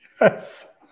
Yes